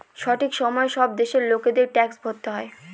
সঠিক সময়ে সব দেশের লোকেদের ট্যাক্স ভরতে হয়